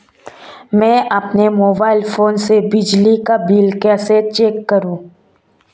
मैं अपने mobile phone से बिजली का बिल कैसे चेक करूं?